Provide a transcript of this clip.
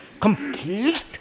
complete